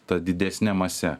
ta didesne mase